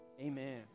amen